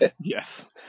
Yes